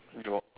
draw~